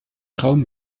raum